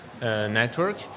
network